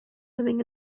living